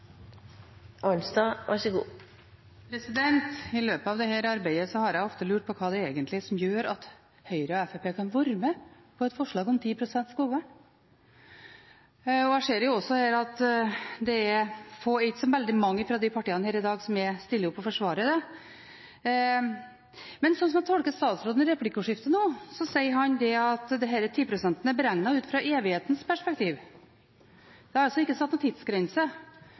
som gjør at Høyre og Fremskrittspartiet kan være med på et forslag om vern av 10 pst. av skogen. Jeg ser også at det ikke er så veldig mange fra de partiene her i dag som stiller opp og forsvarer det. Men sånn som jeg tolker statsråden i replikkordskiftet nå nettopp, sier han at 10 pst. er beregnet ut fra evighetens perspektiv. Det er altså ikke satt noen tidsgrense